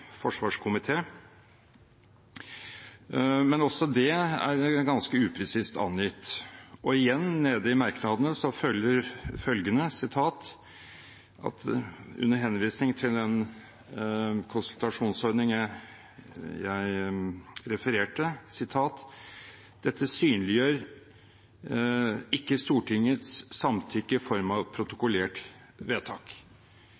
forsvarskomité. Men også det er ganske upresist angitt. Og igjen, nede i merknadene følger – under henvisning til den konsultasjonsordningen jeg refererte til – at «denne ikke synliggjør Stortingets samtykke i form av